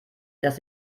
dass